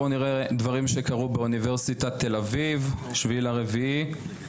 בואו נראה דברים שקרו באוניברסיטת תל אביב ב-7 באפריל.